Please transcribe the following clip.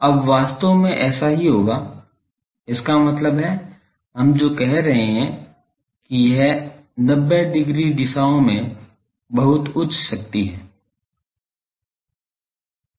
अब वास्तव में ऐसा ही होगा इसका मतलब है हम जो कह रहे हैं कि यह 90 डिग्री दिशाओं में बहुत उच्च शक्ति है